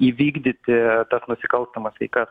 įvykdyti tas nusikalstamas veikas